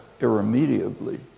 irremediably